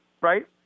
right